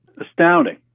Astounding